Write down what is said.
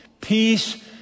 Peace